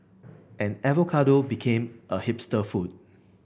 and avocado became a hipster food